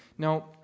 Now